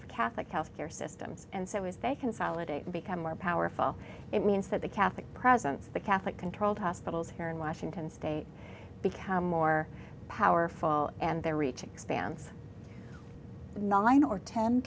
of catholic health care systems and so as they consolidate become more powerful it means that the catholic presence the catholic controlled hospitals here in washington state become more powerful and they're reaching expanse nine or ten